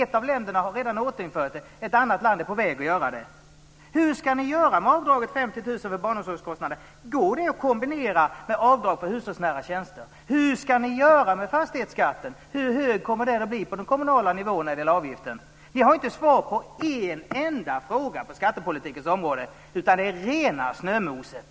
Ett av länderna har återinfört den, och ett annat land är på väg att göra det. Hur ska ni göra med avdraget 50 000 kr för barnomsorgskostnader? Går det att kombinera med avdrag för hushållsnära tjänster? Hur ska ni göra med fastighetsskatten? Hur hög kommer den att bli på de kommunala nivåerna när det gäller avgiften? Ni har inte svar på en enda fråga på skattepolitikens område, utan det är rena snömoset.